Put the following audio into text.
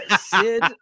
Sid